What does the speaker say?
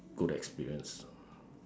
good experience